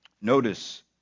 notice